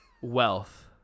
Wealth